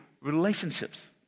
relationships